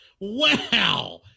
Wow